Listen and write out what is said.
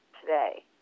today